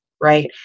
right